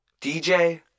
DJ